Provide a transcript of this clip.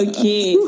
Okay